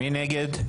מי נגד?